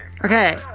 Okay